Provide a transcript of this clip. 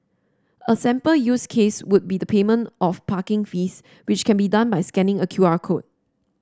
a sample use case would be the payment of parking fees which can be done by scanning a Q R code